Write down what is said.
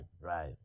right